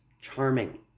Charming